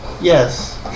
Yes